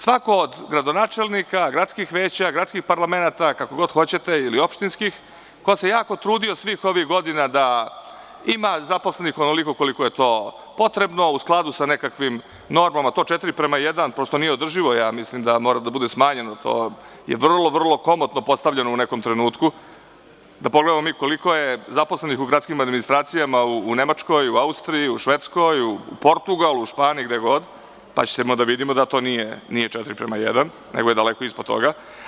Svako od gradonačelnika gradskih veća, gradskih parlamenata, kako god hoćete, ili opštinskih, ko se jako trudio svih ovih godina da ima zaposlenih onoliko koliko je to potrebno, u skladu sa nekakvim normama, to 4:1 prosto nije održivo, mislim da mora da bude smanjeno, to je vrlo komotno postavljeno u nekom trenutku, da pogledamo koliko je zaposlenih u gradskim administracijama u Nemačkoj, u Austriji, u Švedskoj, u Portugalu, u Španiji, pa ćemo da vidimo da to nije 4:1, nego je daleko ispod toga.